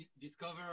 discover